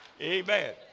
Amen